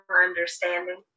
understanding